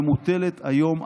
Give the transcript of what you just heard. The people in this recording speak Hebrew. ומוטלת היום,